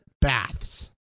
baths